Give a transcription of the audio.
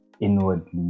inwardly